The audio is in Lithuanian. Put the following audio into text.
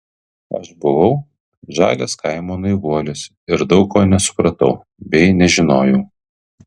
aš buvau žalias kaimo naivuolis ir daug ko nesupratau bei nežinojau